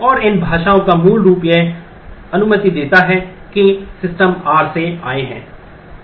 और इन भाषाओं का मूल रूप यह अनुमति देता है कि सिस्टम R से आए हैं